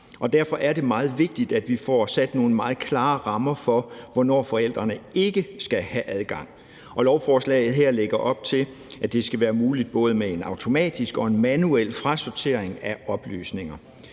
Derfor er det meget vigtigt, at vi får sat nogle meget klare rammer for, hvornår forældrene ikke skal have adgang. Lovforslaget her lægger op til, at det skal være muligt med både en automatisk og en manuel frasortering af oplysninger.